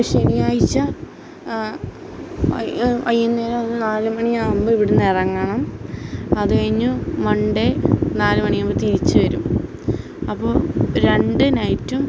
ശനിയായ്ച്ച വൈകുന്നേരം ഒരു നാല് മണി ആകുമ്പോൾ ഇവിടെ നിന്ന് ഇറങ്ങണം അത്കഴിഞ്ഞ് മണ്ടേ നാലുമണി ആകുമ്പം തിരിച്ച് വരും അപ്പോൾ രണ്ട് നൈറ്റും